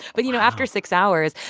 but, you know, after six hours,